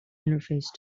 interface